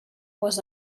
was